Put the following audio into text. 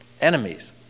enemies